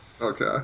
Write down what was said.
Okay